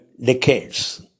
decades